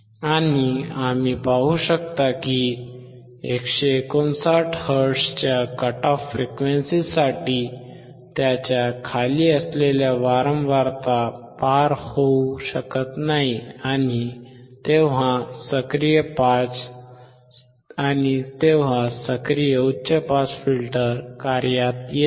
आणि आम्ही पाहू शकतो की 159 हर्ट्झच्या कट ऑफ फ्रिक्वेंसीसाठी त्याच्या खाली असलेल्या वारंवारता पार होऊ शकत नाही आणि तेव्हा सक्रिय उच्च पास फिल्टर कार्यात येतो